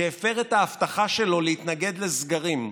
שהפר את ההבטחה שלו להתנגד לסגרים.